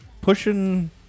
pushing